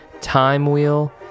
TIMEWHEEL